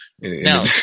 Now